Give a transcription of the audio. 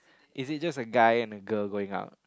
is it just a guy and a girl going out